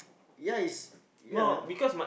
ya it's ya